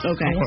Okay